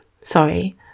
sorry